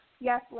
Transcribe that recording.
yes